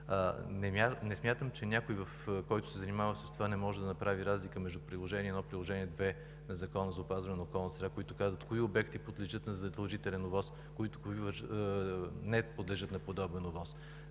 не смятам, че някой, който се занимава с това, не може да направи разлика между Приложение № 1 и Приложение № 2 на Закона за опазване на околната среда, които казват кои обекти подлежат на задължителен ОВОС и кои не подлежат на подобен ОВОС.